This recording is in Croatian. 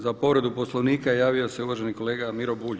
Za povredu Poslovnika javio se uvaženi kolega Miro Bulj.